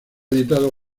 editado